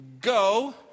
Go